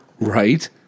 Right